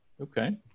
Okay